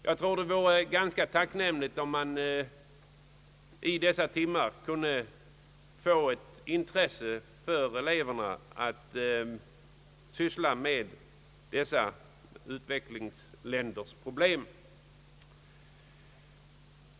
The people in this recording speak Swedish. Jag tror det vore ganska tacknämligt om man under dessa timmar kunde väcka ett intresse hos eleverna att syssla med dessa länders utvecklingsproblem.